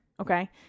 Okay